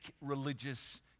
religious